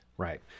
Right